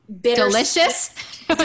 delicious